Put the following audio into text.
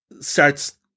starts